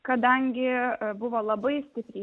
kadangi buvo labai stipriai